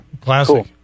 Classic